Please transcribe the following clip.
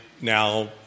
now